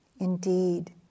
indeed